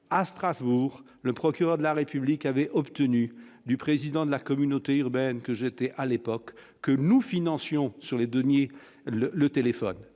à Strasbourg, le procureur de la République avait obtenu du président de la communauté urbaine que j'étais à l'époque que nous financiers ont, sur les 2 minutes le le téléphone